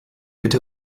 bitte